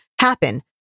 happen